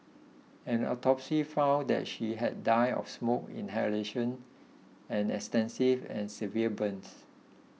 an autopsy found that she had died of smoke inhalation and extensive and severe burns